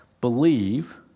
believe